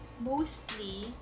mostly